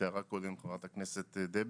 שתיארה קודם חברת הכנסת דבי.